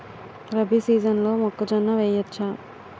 రబీ సీజన్లో మొక్కజొన్న వెయ్యచ్చా?